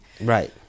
Right